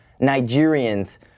Nigerians